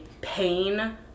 pain